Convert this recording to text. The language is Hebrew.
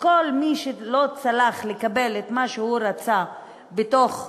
וכל מי שלא צלח בידו לקבל את מה שהוא רצה בתוך הממשלה,